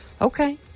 Okay